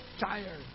tired